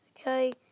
okay